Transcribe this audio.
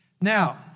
Now